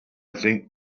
think